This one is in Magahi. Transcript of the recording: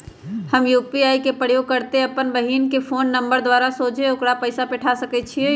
हम यू.पी.आई के प्रयोग करइते अप्पन बहिन के फ़ोन नंबर द्वारा सोझे ओकरा पइसा पेठा सकैछी